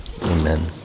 Amen